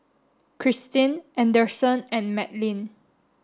Christeen Anderson and Madlyn